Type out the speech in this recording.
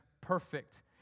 perfect